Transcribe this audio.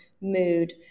mood